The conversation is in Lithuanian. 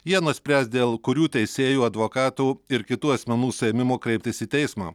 jie nuspręs dėl kurių teisėjų advokatų ir kitų asmenų suėmimo kreiptis į teismą